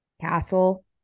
castle